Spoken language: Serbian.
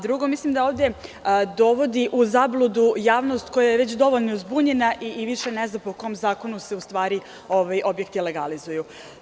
Drugo, mislim da ovde dovodi u zabludu javnost koja je već dovoljno zbunjena i više ne zna po kom zakonu se u stvari objekti legalizuju.